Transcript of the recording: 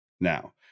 now